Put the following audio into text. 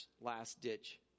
last-ditch